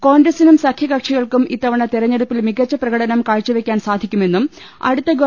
കോൺഗ്രസിനും സഖ്യകക്ഷികൾക്കും ഇത്തവണ തെരഞ്ഞെടുപ്പിൽ മികച്ച പ്രകടനം കാഴ്ചവെക്കാൻ സാധിക്കുമെന്നും അടുത്ത ഗവ